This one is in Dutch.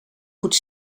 goed